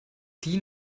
die